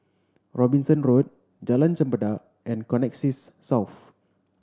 Robinson Road Jalan Chempedak and Connexis South